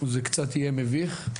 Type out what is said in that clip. זה קצת יהיה מביך,